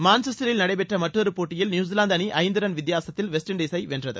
மான்செஸ்டரில் நடைபெற்ற மற்றொரு போட்டியில் நியூசிலாந்து அணி ஐந்து ரன் வித்தியாசத்தில் வெஸ்ட் இண்டீஸை வென்றது